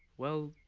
well,